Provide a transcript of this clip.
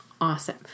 Awesome